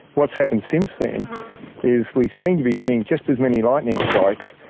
what has happened since then is we seem to be getting just as many lightning strikes,